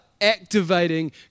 activating